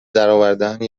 درآوردن